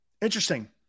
Interesting